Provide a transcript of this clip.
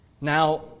Now